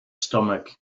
stomach